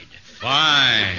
Fine